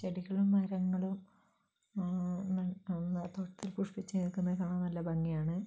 ചെടികളും മരങ്ങളും നമ്മളെ തോട്ടത്തിൽ പുഷ്പിച്ചു നിൽക്കുന്ന കാണാൻ നല്ല ഭംഗിയാണ്